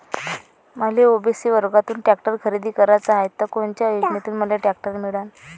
मले ओ.बी.सी वर्गातून टॅक्टर खरेदी कराचा हाये त कोनच्या योजनेतून मले टॅक्टर मिळन?